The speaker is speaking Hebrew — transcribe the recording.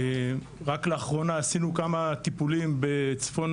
רק לאחרונה עשינו כמה טיפולים בצפון